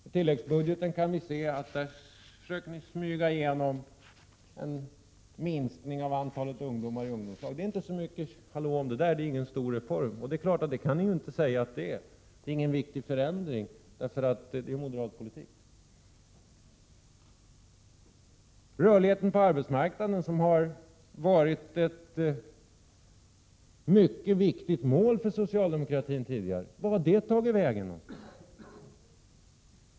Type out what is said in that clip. I tilläggsbudgeten kan vi se att ni försöker smyga igenom förslag om en minskning av antalet ungdomar i ungdomslagen. Men detta är inte så mycket att tala om! Det är ingen stor reform — det kan ni inte säga att det är. Det är ingen viktig förändring, därför att det är moderat politik. Rörligheten på arbetsmarknaden, som har varit ett mycket viktigt mål för socialdemokratin tidigare, vart har den tagit vägen?